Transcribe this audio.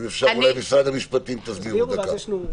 משרד המשפטים, תסבירו, בבקשה.